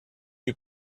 you